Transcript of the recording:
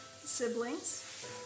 siblings